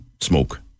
smoke